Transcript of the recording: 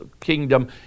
kingdom